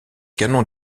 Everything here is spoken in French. canon